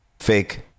Fake